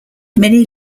many